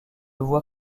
voit